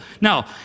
Now